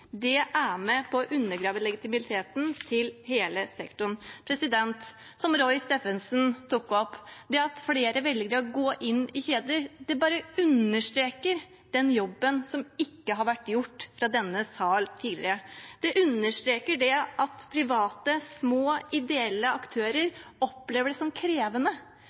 er med på å undergrave legitimiteten til hele sektoren. Som Roy Steffensen tok opp: Det at flere velger å gå inn i kjeder, bare understreker den jobben som ikke har vært gjort fra denne sal tidligere. Det understreker at private, små, ideelle aktører opplever det som krevende.